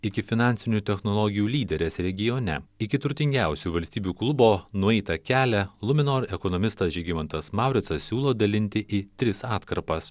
iki finansinių technologijų lyderės regione iki turtingiausių valstybių klubo nueitą kelią luminor ekonomistas žygimantas mauricas siūlo dalinti į tris atkarpas